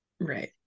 Right